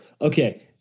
okay